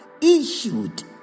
issued